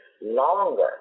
longer